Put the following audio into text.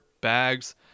bags